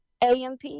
AMP